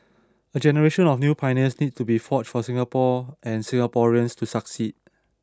a generation of new pioneers needs to be forged for Singapore and Singaporeans to succeed